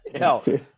no